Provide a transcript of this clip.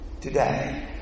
today